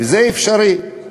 וזה אפשרי.